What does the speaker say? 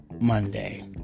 Monday